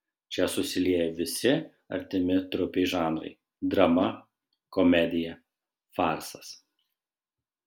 čia susilieja visi artimi trupei žanrai drama komedija farsas